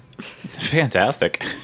Fantastic